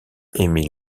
emil